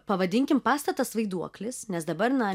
pavadinkim pastatas vaiduoklis nes dabar na